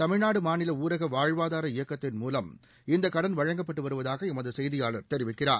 தமிழ்நாடு மாநில ஊரக வாழ்வாதார இயக்கத்தின் மூலம் இந்த கடன் வழங்கப்பட்டு வருவதாக எமது செய்தியாளர் தெரிவிக்கிறார்